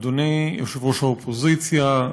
אדוני יושב-ראש האופוזיציה,